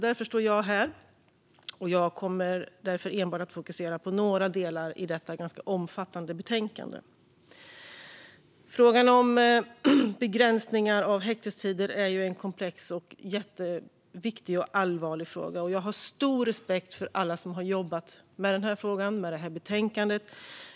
Därför är det i stället jag som står här, och jag kommer att fokusera bara på några delar i detta ganska omfattande betänkande. Frågan om begränsningar av häktestider är en komplex, jätteviktig och allvarlig fråga. Jag har stor respekt för alla som har jobbat med den här frågan och det här betänkandet.